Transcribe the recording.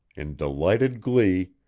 in delighted glee,